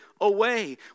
away